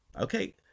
Okay